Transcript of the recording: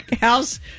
house